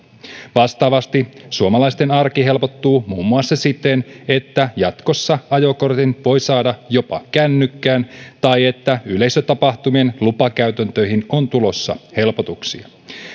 vastaavasti suomalaisten arki helpottuu muun muassa siten että jatkossa ajokortin voi saada jopa kännykkään tai että yleisötapahtumien lupakäytäntöihin on tulossa helpotuksia